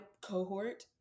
cohort